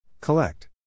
Collect